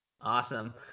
Awesome